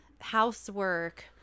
housework